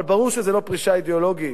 אבל ברור שזאת לא פרישה אידיאולוגית,